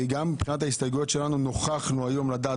מבחינת ההסתייגויות שלנו אנחנו נוכחנו היום לדעת